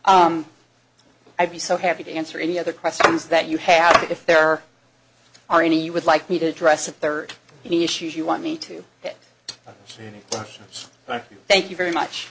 dad i'd be so happy to answer any other questions that you have if there are any you would like me to address a third any issue you want me to get to and i thank you very much